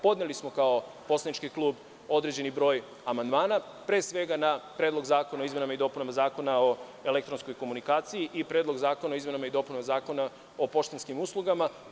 Podneli smo kao poslanički klub određeni broj amandmana, pre svega na Predlog zakona o izmenama i dopunama Zakona o elektronskoj komunikaciji, i Predlog zakona o izmenama i dopunama Zakona o poštanskim uslugama.